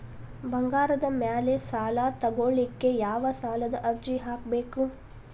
ಬಂಗಾರದ ಮ್ಯಾಲೆ ಸಾಲಾ ತಗೋಳಿಕ್ಕೆ ಯಾವ ಸಾಲದ ಅರ್ಜಿ ಹಾಕ್ಬೇಕು?